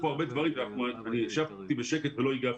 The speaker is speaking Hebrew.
כאן הרבה דברים ואני ישבתי בשקט ולא הגבתי.